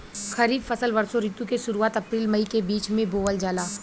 खरीफ फसल वषोॅ ऋतु के शुरुआत, अपृल मई के बीच में बोवल जाला